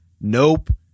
Nope